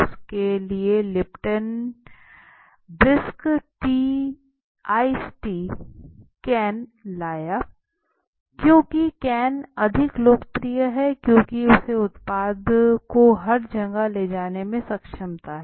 इसके बाद Lipton Brisk ice tea can लाया क्योंकि कैन अधिक लोकप्रिय हैं क्योंकि उसे उत्पाद को हर जगह ले जाने की क्षमता है